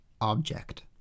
object